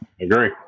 Agree